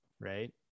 right